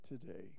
today